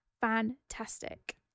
fantastic